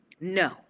No